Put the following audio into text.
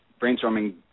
brainstorming